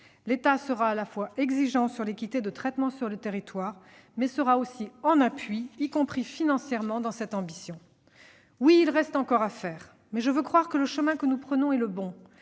L'État sera exigeant concernant l'équité de traitement sur le territoire, et soutiendra aussi, y compris financièrement, cette ambition. Oui, il reste encore à faire, mais je veux croire que le chemin que nous prenons est le bon,